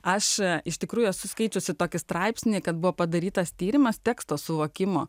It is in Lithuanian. aš iš tikrųjų esu skaičiusi tokį straipsnį kad buvo padarytas tyrimas teksto suvokimo